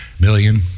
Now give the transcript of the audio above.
million